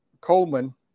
Coleman